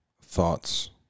thoughts